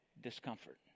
discomfort